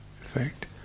effect